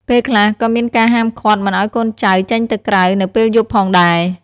ពេលខ្លះ ក៏មានការហាមឃាត់មិនឱ្យកូនចៅចេញទៅក្រៅនៅពេលយប់ផងដែរ។